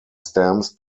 stamps